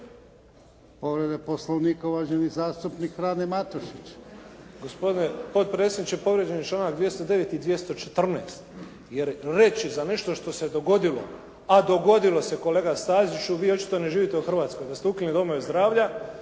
Povreda Poslovnika uvaženi zastupnik Frano Matušić. **Matušić, Frano (HDZ)** Gospodine potpredsjedniče, povrijeđen je članak 209. i 214. jer reći za nešto što se dogodilo, a dogodilo se kolega Staziću. Vi očito ne živite u Hrvatskoj, da ste ukinuli domove zdravlja,